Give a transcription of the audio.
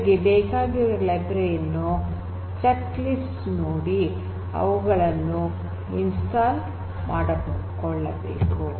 ನಿಮಗೆ ಬೇಕಾಗಿರುವ ಲೈಬ್ರರಿ ಯನ್ನು ಚೆಕ್ಲಿಸ್ಟ್ ನಲ್ಲಿ ನೋಡಿ ಅವುಗಳನ್ನು ಸ್ಥಾಪಿಸಿಕೊಳ್ಳಬೇಕು